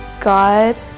God